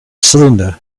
cylinder